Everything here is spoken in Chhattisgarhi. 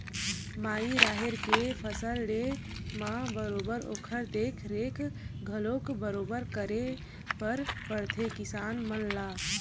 माई राहेर के फसल लेय म बरोबर ओखर देख रेख घलोक बरोबर करे बर परथे किसान मन ला